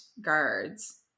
guards